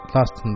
Last